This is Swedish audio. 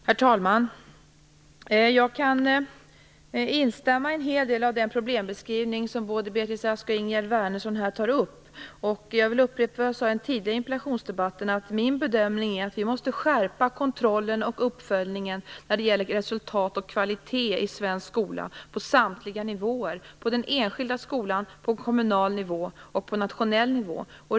Herr talman! Jag kan till stor del instämma i den problembeskrivning som både Beatrice Ask och Ingegerd Wärnersson gör. Jag vill upprepa vad jag sade i den tidigare interpellationsdebatten, att min bedömning är att vi måste skärpa kontrollen och uppföljningen av resultaten och kvaliteten i svensk skola på samtliga nivåer - på den enskilda skolan, på kommunal nivå och på nationell nivå.